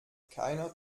keiner